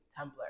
tumblr